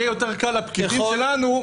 יהיה יותר קל לפקידים שלנו.